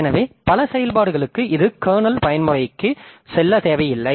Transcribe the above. எனவே பல செயல்பாடுகளுக்கு இது கர்னல் பயன்முறைக்கு செல்ல தேவையில்லை